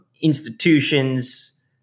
institutions